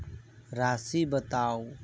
राशि बताउ